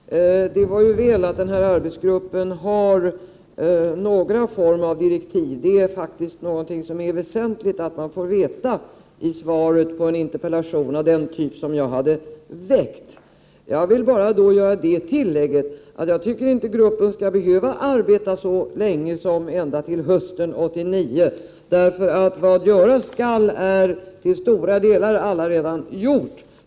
Herr talman! Nu börjar det i alla fall bli något bättre. Det var ju väl att denna arbetsgrupp har någon form av direktiv — det är någonting som det är väsentligt att få veta i svaret på en interpellation av den typ som jag har framställt. Jag vill bara göra det tillägget att jag inte tycker att gruppen skall behöva arbeta så länge som till hösten 1989, för vad göras skall är till stora delar allaredan gjort.